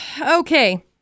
Okay